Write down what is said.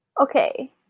Okay